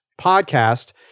podcast